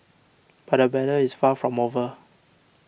but the battle is far from over